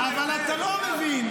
אבל אתה לא מבין.